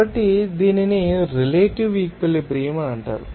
కాబట్టి దీనిని relative equilibrium అంటారు